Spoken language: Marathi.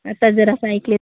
तर जरासं ऐकेल